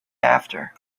after